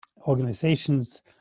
organizations